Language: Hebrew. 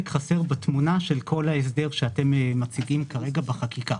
חסר בתמונה של כל ההסדר שאתם מציגים כרגע בחקיקה.